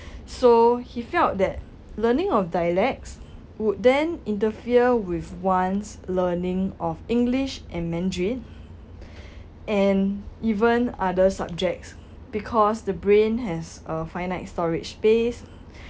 so he felt that learning of dialects would then interfere with one's learning of english and mandarin and even other subjects because the brain has a finite storage space